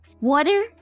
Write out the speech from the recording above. water